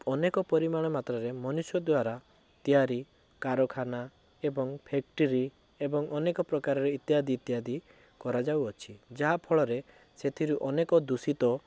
ଅନେକ ପରିମାଣ ମାତ୍ରାରେ ମନୁଷ୍ୟ ଦ୍ୱାରା ତିଆରି କାରଖାନା ଏବଂ ଫ୍ୟାକ୍ଟରୀ ଏବଂ ଅନେକପ୍ରକାର ଇତ୍ୟାଦି ଇତ୍ୟାଦି କରାଯାଉଅଛି ଯାହାଫଳରେ ସେଥିରୁ ଅନେକ ଦୂଷିତ